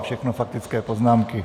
Všechno faktické poznámky.